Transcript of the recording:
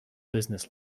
business